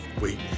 Wait